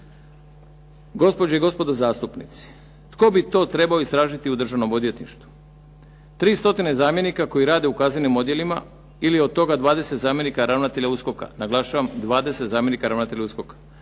Gospođe i gospodo zastupnici, tko bi to trebao istražiti u Državnom odvjetništvu? 3 stotine zamjenika koji rade u kaznenim odjelima ili od toga 20 zamjenika ravnatelja USKOK-a? Naglašavam 20 zamjenika ravnatelja USKOK-a.